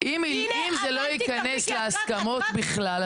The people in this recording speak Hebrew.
הנה --- אם זה לא ייכנס להסכמות בכלל,